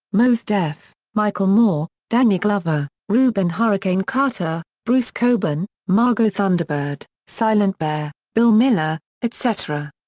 mos def, michael moore, danny glover, rubin hurricane carter, bruce cockburn, margo thunderbird, silent bear, bill miller, etc.